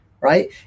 right